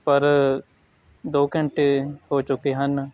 ਪਰ ਦੋ ਘੰਟੇ ਹੋ ਚੁੱਕੇ ਹਨ